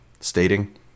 stating